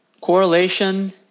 correlation